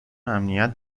امنیت